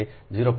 તેથી આ અંતરથી 2